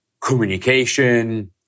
communication